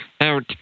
out